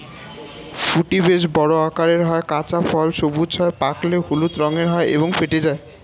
ফুটি বেশ বড় আকারের হয়, কাঁচা ফল সবুজ হয়, পাকলে হলুদ রঙের হয় এবং ফেটে যায়